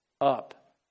up